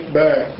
back